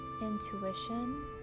intuition